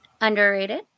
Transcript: underrated